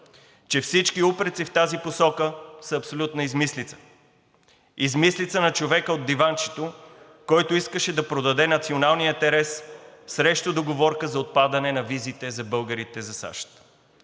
че всички упреци в тази посока са абсолютна измислица на човека от диванчето, който искаше да продаде националния интерес срещу договорка за отпадането на визите за българите за САЩ.